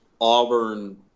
Auburn